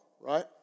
right